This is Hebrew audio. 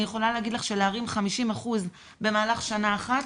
אני יכולה להגיד לך שלהרים 50% במהלך שנה אחת